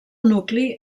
nucli